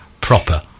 proper